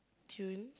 tune